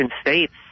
states